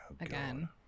again